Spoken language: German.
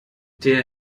der